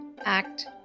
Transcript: Act